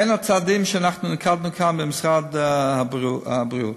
בין הצעדים שנקטנו כאן במשרד הבריאות: